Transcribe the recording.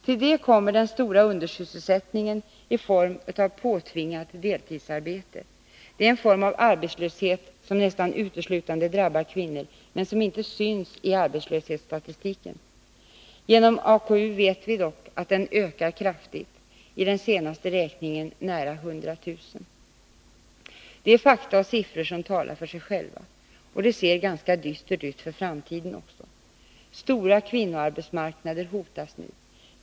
Till detta kommer den stora undersysselsättningen i form av påtvingat deltidsarbete. Det är en form av arbetslöshet som nästan uteslutande drabbar kvinnor, men som inte syns i arbetslöshetsstatistiken. Genom AKU vet vi dock att den ökar kraftigt —i den senaste räkningen nära 100 000. Det är fakta och siffror som talar för sig själva. Det ser ganska dystert ut för framtiden också. Stora kvinnoarbetsmarknader hotas nu.